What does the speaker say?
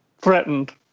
threatened